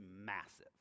massive